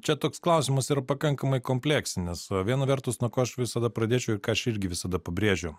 čia toks klausimas yra pakankamai kompleksinis o viena vertus nuo ko aš visada pradėčiau ir ką aš irgi visada pabrėžiau